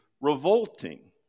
revolting